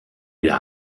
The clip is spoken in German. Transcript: wir